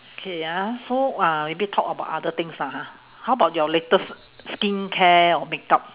wait ah so ah maybe talk about other things lah ha how about your latest skincare or makeup